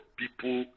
people